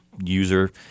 user